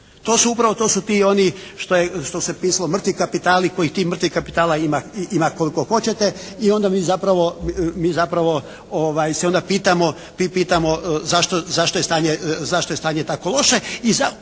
To su upravo ti oni što se pisalo mrtvi kapitali koji ti mrtvih kapitala ima koliko hoćete i onda mi zapravo se onda pitamo zašto je stanje tako loše